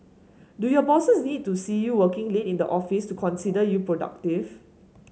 do your bosses need to see you working late in the office to consider you productive